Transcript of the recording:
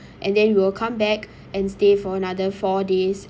and then we'll come back and stay for another four days